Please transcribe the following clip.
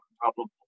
problem